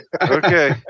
Okay